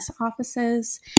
offices